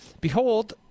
Behold